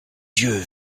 yeux